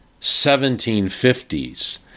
1750s